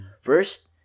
First